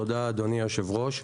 תודה, אדוני היושב-ראש.